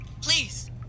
please